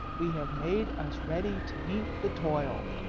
we have made us ready to meet the toil.